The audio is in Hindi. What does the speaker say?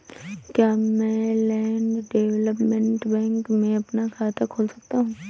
क्या मैं लैंड डेवलपमेंट बैंक में अपना खाता खोल सकता हूँ?